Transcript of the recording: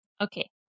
Okay